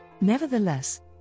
Nevertheless